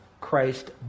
Christ